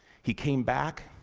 he came back,